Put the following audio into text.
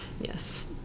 Yes